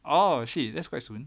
oh shit that's quite soon